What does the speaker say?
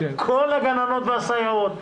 כל הגננות והסייעות.